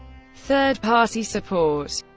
third-party support